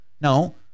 No